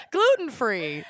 Gluten-free